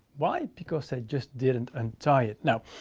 why? because they just didn't untie it. now,